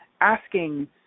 asking